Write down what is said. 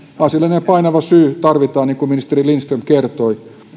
asiallinen ja painava syy tarvitaan niin kuin ministeri lindström kertoi